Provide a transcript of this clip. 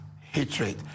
hatred